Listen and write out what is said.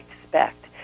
expect